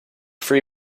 free